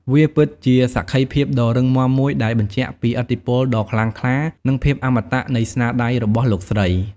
វាពិតជាសក្ខីភាពដ៏រឹងមាំមួយដែលបញ្ជាក់ពី ឥទ្ធិពលដ៏ខ្លាំងក្លា និង ភាពអមតៈ នៃស្នាដៃរបស់លោកស្រី។